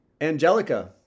Angelica